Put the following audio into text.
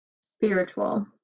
spiritual